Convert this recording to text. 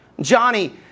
Johnny